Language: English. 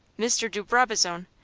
mr. de brabazon!